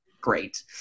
great